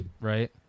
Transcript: right